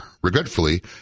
Regretfully